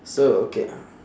so okay